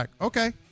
okay